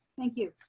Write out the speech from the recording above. thank you.